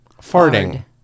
farting